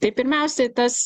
tai pirmiausiai tas